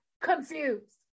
confused